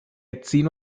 edzino